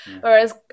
whereas